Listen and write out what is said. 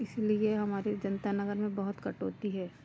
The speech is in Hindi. इसलिए हमारे जनता नगर में बहुत कटौती है